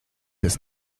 des